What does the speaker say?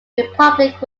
republic